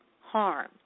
harm